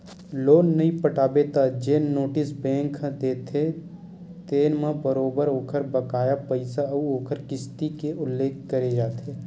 loan नइ पटाबे त जेन नोटिस बेंक ह देथे तेन म बरोबर ओखर बकाया पइसा अउ ओखर किस्ती के उल्लेख करे जाथे